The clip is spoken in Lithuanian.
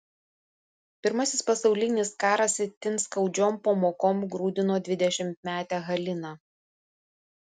pirmasis pasaulinis karas itin skaudžiom pamokom grūdino dvidešimtmetę haliną